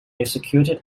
executed